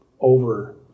over